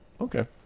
Okay